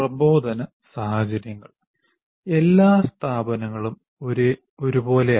പ്രബോധന സാഹചര്യങ്ങൾ എല്ലാ സ്ഥാപനങ്ങളും ഒരുപോലെയല്ല